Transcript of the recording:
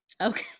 okay